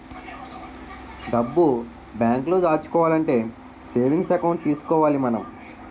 డబ్బు బేంకులో దాచుకోవాలంటే సేవింగ్స్ ఎకౌంట్ తీసుకోవాలి మనం